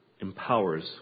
empowers